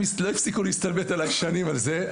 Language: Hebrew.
הם לא הפסיקו להסתלבט עליי שנים על זה.